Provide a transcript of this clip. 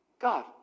God